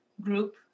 group